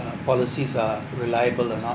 policies are reliable or not